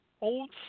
old